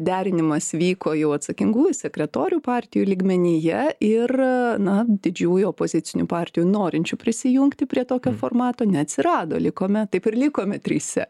derinimas vyko jau atsakingųjų sekretorių partijų lygmenyje ir na didžiųjų opozicinių partijų norinčių prisijungti prie tokio formato neatsirado likome taip ir likome trise